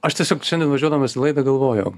aš tiesiog šiandien važiuodamas į laidą galvojau